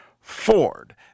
Ford